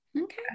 Okay